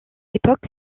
époque